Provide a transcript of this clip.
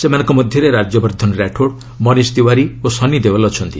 ସେମାନଙ୍କ ମଧ୍ୟରେ ରାଜ୍ୟବର୍ଦ୍ଧନ ରାଠୋଡ୍ ମନୀଶ୍ ତିୱାରି ଓ ସନି ଦେୱଲ୍ ଅଛନ୍ତି